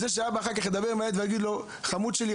זה שהאבא אחר כך ידבר עם הילד ויגיד לו: חמוד שלי,